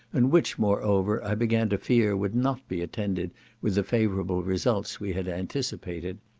and which moreover i began to fear would not be attended with the favourable results we had anticipated,